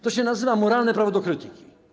To się nazywa moralne prawo do krytyki.